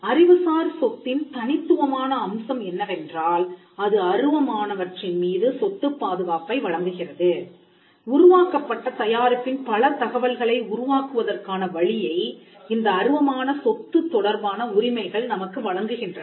இப்போது அறிவுசார் சொத்தின் தனித்துவமான அம்சம் என்னவென்றால் அது அருவமானவற்றின் மீது சொத்துப் பாதுகாப்பை வழங்குகிறது உருவாக்கப்பட்ட தயாரிப்பின் பல தகவல்களை உருவாக்குவதற்கான வழியை இந்த அருவமான சொத்து தொடர்பான உரிமைகள் நமக்கு வழங்குகின்றன